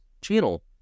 channel